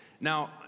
Now